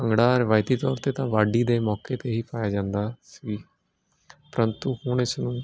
ਭੰਗੜਾ ਰਿਵਾਇਤੀ ਤੌਰ 'ਤੇ ਤਾਂ ਵਾਢੀ ਦੇ ਮੌਕੇ 'ਤੇ ਹੀ ਪਾਇਆ ਜਾਂਦਾ ਸੀ ਪਰੰਤੂ ਹੁਣ ਇਸ ਨੂੰ